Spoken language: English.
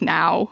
now